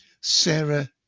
Sarah